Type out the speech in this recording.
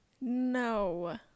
No